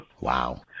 Wow